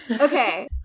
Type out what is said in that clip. Okay